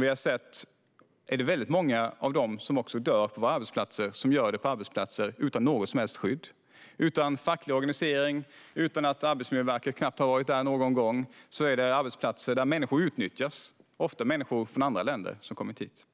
Vi har sett att väldigt många av dem som dör på arbetet gör det på arbetsplatser utan något som helst skydd och utan facklig organisering, där Arbetsmiljöverket knappt har varit någon enda gång. Detta är arbetsplatser där människor utnyttjas, ofta människor från andra länder som har kommit hit.